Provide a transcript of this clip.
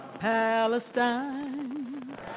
Palestine